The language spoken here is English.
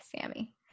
Sammy